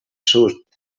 sud